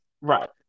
Right